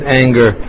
anger